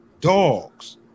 dogs